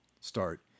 start